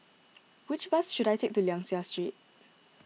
which bus should I take to Liang Seah Street